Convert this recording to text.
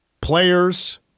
players